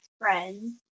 friends